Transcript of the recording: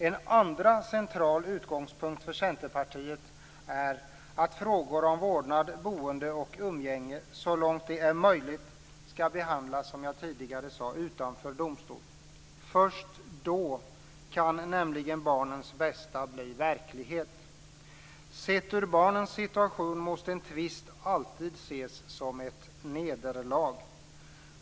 En andra central utgångspunkt för Centerpartiet är att frågor om vårdnad, boende och umgänge så långt det är möjligt skall behandlas utanför domstol, såsom jag tidigare sade. Först då kan nämligen barnens bästa bli verklighet. Sett ur barnens situation måste en tvist alltid ses som ett nederlag.